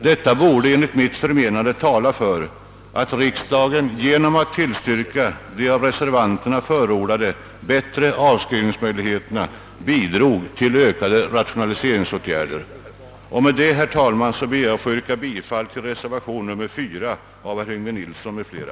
Detta borde enligt mitt förmenande tala för att riksdagen genom att tillstyrka de av reservanterna förordade bättre avskrivningsmöjligheterna bidroge till ökade rationaliseringsåtgärder. Med detta, herr talman, ber jag att få yrka bifall till reservation nr 4 av herr Yngve Nilsson m.fl.